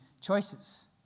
choices